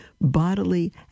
bodily